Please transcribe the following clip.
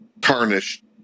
tarnished